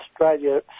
Australia